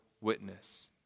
witness